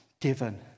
given